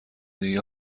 دیگه